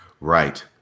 Right